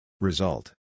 Result